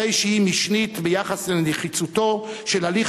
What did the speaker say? הרי שהיא משנית ביחס לנחיצותו של הליך